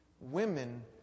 Women